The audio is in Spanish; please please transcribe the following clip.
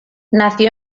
nació